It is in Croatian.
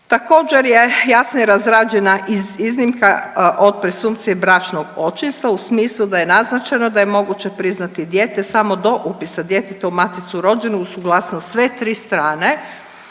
Također je jasno i razrađena iznimka od presumpcije bračnog očinstva u smislu da je naznačeno da je moguće priznati dijete samo do upisa djeteta u Maticu rođenih uz suglasnost sve tri strane,